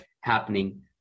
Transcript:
happening